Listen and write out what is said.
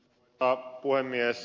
arvoisa puhemies